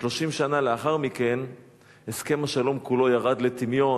ו-30 שנה לאחר מכן הסכם השלום כולו ירד לטמיון.